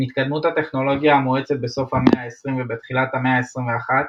עם התקדמות הטכנולוגיה המואצת בסוף המאה ה-20 ובתחילת המאה ה-21,